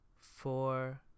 four